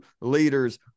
leaders